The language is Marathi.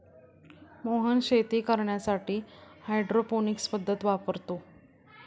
मोहन शेती करण्यासाठी हायड्रोपोनिक्स पद्धत वापरतो